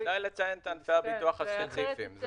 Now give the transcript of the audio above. כדאי לציין את ענפי הביטוח הספציפיים.